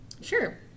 Sure